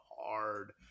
hard